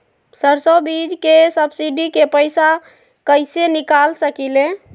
सरसों बीज के सब्सिडी के पैसा कईसे निकाल सकीले?